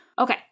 Okay